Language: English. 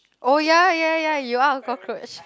oh ya ya ya you are a cockroach